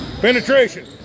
Penetration